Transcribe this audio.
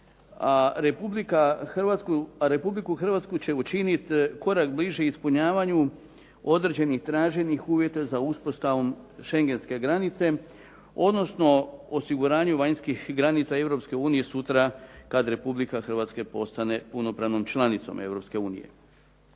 a Republiku Hrvatsku će učiniti korak bliže ispunjavanju određenih traženih uvjeta za uspostavom šengenske granice odnosno osiguranju vanjskih granica Europske unije sutra kad Republika Hrvatska postane punopravnom članicom